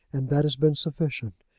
and that has been sufficient.